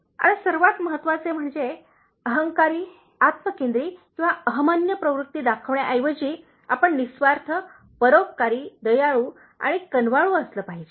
आता सर्वात महत्त्वाचे म्हणजे अहंकारी आत्मकेंद्री किंवा अहंमन्य प्रवृत्ती दाखवण्याऐवजी आपण निःस्वार्थ परोपकारी दयाळू आणि कनवाळू असले पाहिजे